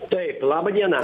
taip labą dieną